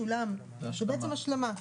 זו בעצם השלמה.